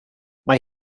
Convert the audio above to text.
mae